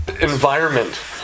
environment